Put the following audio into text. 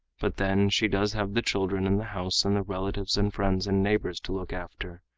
but then she does have the children and the house and the relatives and friends and neighbors to look after.